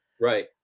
Right